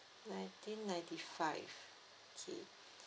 ninety ninety five okay